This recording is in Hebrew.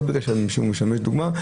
לא בגלל שאני משמש דוגמה,